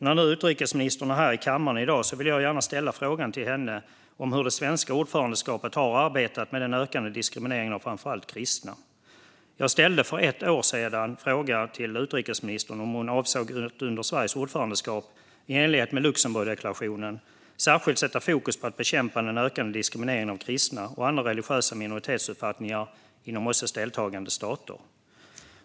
När nu utrikesministern är här i kammaren i dag vill jag gärna ställa frågan till henne hur det svenska ordförandeskapet har arbetat med den ökande diskrimineringen av framför allt kristna. Jag ställde för ett år sedan en fråga till utrikesministern om hon avsåg att under Sveriges ordförandeskap i enlighet med Luxemburgdeklarationen sätta särskilt fokus på att bekämpa den ökande diskrimineringen av kristna och andra religiösa minoritetstrosuppfattningar inom OSSE:s deltagande stater.